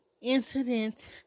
incident